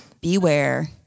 Beware